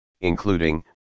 including